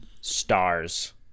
stars